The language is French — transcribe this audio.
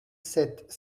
sept